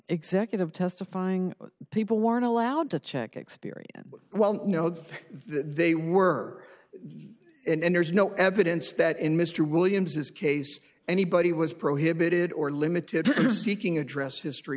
executive testifying people weren't allowed to check experience well know that they were and there's no evidence that in mr williams this case anybody was prohibited or limited to seeking address history